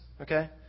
Okay